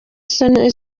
isoni